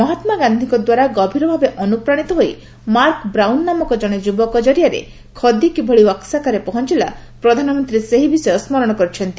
ମହାତ୍ମା ଗାନ୍ଧୀଙ୍କ ଦ୍ୱାରା ଗଭୀର ଭାବେ ଅନୁପ୍ରାଣୀତ ହୋଇ ମାର୍କ ବ୍ରାଉନ ନାମକ ଜଣେ ଯୁବକ ଜରିଆରେ ଖଦୀ କିଭଳି ୱାକସାକାରେ ପହଞ୍ଚିଲା ପ୍ରଧାନମନ୍ତ୍ରୀ ସେହି ବିଷୟ ସ୍କରଣ କରିଛନ୍ତି